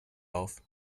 auf